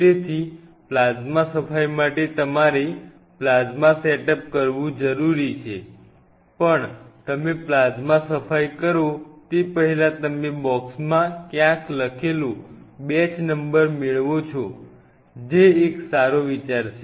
તેથી પ્લાઝ્મા સફાઈ માટે તમારે પ્લાઝમા સેટઅપ કર વું જરુરી છે પણ તમે પ્લાઝ્મા સફાઈ કરો તે પહેલાં તમે બોક્સમાં ક્યાંક લખેલો બેચ નંબર મેળ વો છો જે સારો વિચાર છે